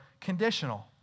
conditional